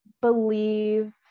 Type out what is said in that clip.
believe